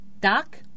Doc